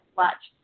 watch